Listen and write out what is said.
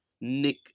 Nick